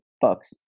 books